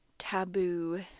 taboo